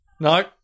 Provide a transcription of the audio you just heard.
No